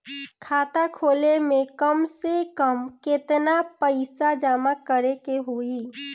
खाता खोले में कम से कम केतना पइसा जमा करे के होई?